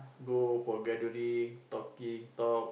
go for gathering talking talk